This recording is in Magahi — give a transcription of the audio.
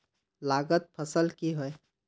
लागत फसल की होय?